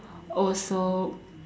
also